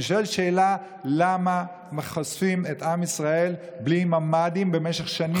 אני שואל שאלה: למה חושפים את עם ישראל בלי ממ"דים במשך שנים,